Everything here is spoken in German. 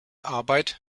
arbeit